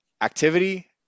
activity